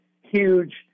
huge